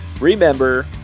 remember